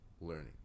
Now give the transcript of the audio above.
learning